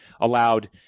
allowed